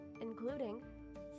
including